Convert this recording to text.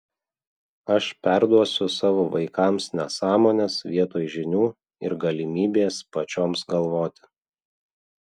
aš perduosiu savo vaikams nesąmones vietoj žinių ir galimybės pačioms galvoti